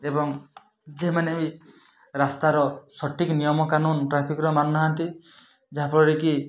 ଏବଂ ଯେମାନେ ବି ରାସ୍ତାର ସଠିକ୍ ନିୟମ କାନୁନ ଟ୍ରାଫିକ୍ ର ମାନୁ ନାହାଁନ୍ତି ଯାହାଫଳରେ କି